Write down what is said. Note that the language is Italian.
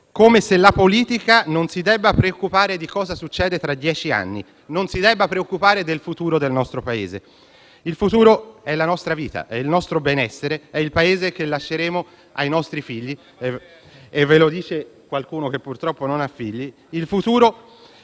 come se la politica non si debba preoccupare di cosa succede tra dieci anni, del futuro del nostro Paese. Il futuro è la nostra vita, è il nostro benessere, è il Paese che lasceremo ai nostri figli (e ve lo dice qualcuno che, purtroppo, non ha figli). Il futuro